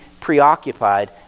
preoccupied